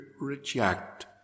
reject